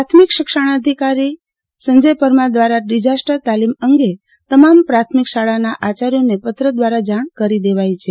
પ્રાથમિક શિક્ષણાધિકારી સંજય પરમાર દ્વારા ડીઝાસ્ટર તાલીમ અંગે તમામ પ્રાથમિક શાળાના આચાર્યોને પત્ર દ્વારા જાણ કરી દીધી છે